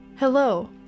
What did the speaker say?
Hello